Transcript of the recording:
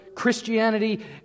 Christianity